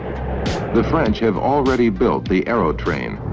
the french have already built the aerotrain.